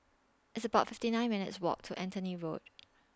It's about fifty nine minutes' Walk to Anthony Road